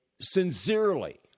sincerely